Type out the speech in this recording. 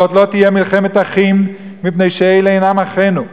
זו לא תהיה מלחמת אחים, מפני שאלה אינם אחינו.